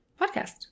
podcast